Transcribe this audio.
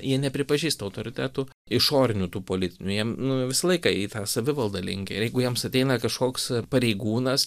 jie nepripažįsta autoritetų išorinių tų politinių jiem nu visą laiką į tą savivaldą linkę ir jeigu jiems ateina kažkoks pareigūnas